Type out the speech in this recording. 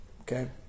Okay